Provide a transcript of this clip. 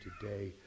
today